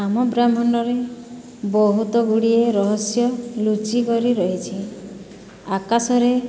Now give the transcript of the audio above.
ଆମ ବ୍ରହ୍ମାଣ୍ଡରେ ବହୁତ ଗୁଡ଼ିଏ ରହସ୍ୟ ଲୁଚିକରି ରହିଛି ଆକାଶରେ